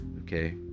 okay